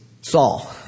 Saul